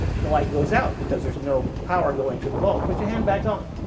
the light goes out because there's no power going to the ball put your hand back on.